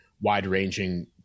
wide-ranging